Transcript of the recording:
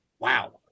Wow